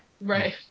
Right